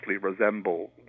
resemble